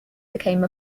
became